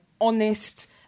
honest